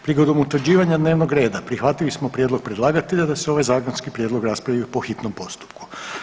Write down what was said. Prigodom utvrđivanja dnevnog reda prihvatili smo prijedlog predlagatelja da se ovaj zakonski prijedlog raspravi po hitnom postupku.